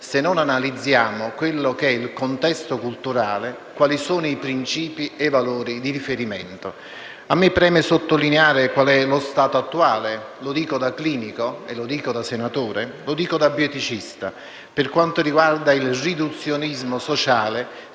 se non analizziamo il contesto culturale, i principi e i valori di riferimento. A me preme sottolineare qual è lo stato attuale - lo dico da clinico, da senatore e da bioeticista - per quanto riguarda il riduzionismo sociale